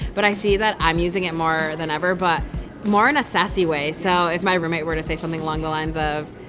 but i see that i'm using it more than ever but more in a sassy way. so if my roommate were to say something along the lines of,